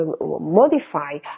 modify